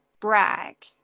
brag